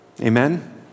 Amen